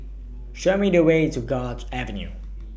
Show Me The Way to Guards Avenue